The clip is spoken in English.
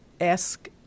ask